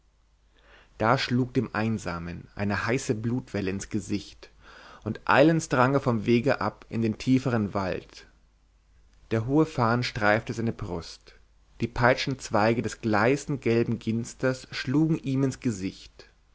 da schlug dem einsamen eine heiße blutwelle ins gesicht und eilends drang er vom wege ab in den tieferen wald der hohe farn streifte seine brust die peitschenzweige des gleißend gelben ginsters schlugen ihm ins gesicht